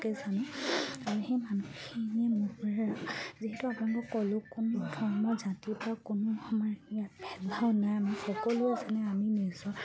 আৰু সেই মানুহখিনিয়ে মোৰ পৰা যিহেতু আপোনালোকৰ ক'লোঁ কোনো ধৰ্ম জাতিৰ পৰা কোনো সময়ত ভেদভাৱ নাই আমি সকলোৱে যেনে আমি নিজৰ